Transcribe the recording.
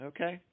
Okay